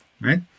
right